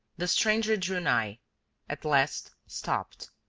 the stranger drew nigh at last stopped.